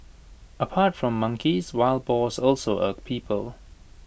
apart from monkeys wild boars also irk people